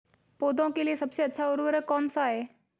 पौधों के लिए सबसे अच्छा उर्वरक कौनसा हैं?